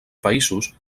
països